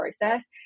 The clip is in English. process